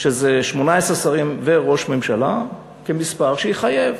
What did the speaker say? שזה 18 שרים וראש ממשלה, כמספר שיחייב.